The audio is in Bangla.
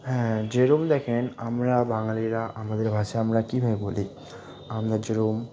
হ্যাঁ যেরম দেখেন আমরা বাঙালিরা আমাদের ভাষায় আমরা কীভাবে বলি আমরা যেরম